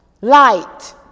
light